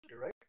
right